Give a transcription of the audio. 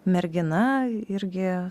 mergina irgi